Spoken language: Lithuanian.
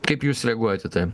kaip jūs reaguojat į tai